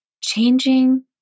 changing